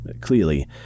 Clearly